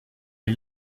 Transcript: est